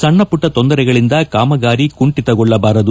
ಸಣ್ಣ ಪಟ್ಟ ತೊಂದರೆಗಳಿಂದ ಕಾಮಗಾರಿ ಕುಂಠಿತ ಗೊಳ್ಳಬಾರದು